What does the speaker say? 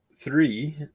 Three